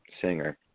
singer